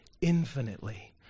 infinitely